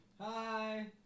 Hi